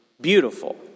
beautiful